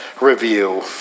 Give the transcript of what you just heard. Review